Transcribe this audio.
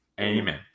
amen